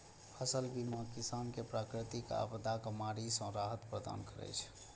फसल बीमा किसान कें प्राकृतिक आपादाक मारि सं राहत प्रदान करै छै